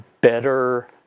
better